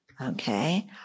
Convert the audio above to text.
okay